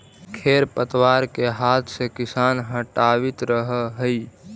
खेर पतवार के हाथ से किसान हटावित रहऽ हई